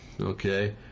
okay